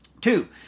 Two